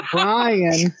Brian